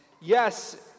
Yes